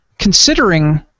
Considering